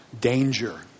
danger